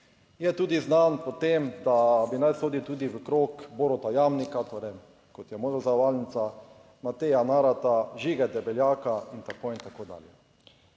Je tudi znan po tem, da bi naj sodi tudi v krog Boruta Jamnika, torej kot je moja / nerazumljivo/ Mateja Narata, Žige Debeljaka in tako in tako dalje.